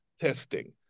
testing